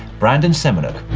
brandon seminoke.